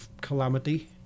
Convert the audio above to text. calamity